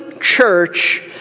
church